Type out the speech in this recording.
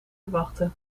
verwachtte